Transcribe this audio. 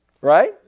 Right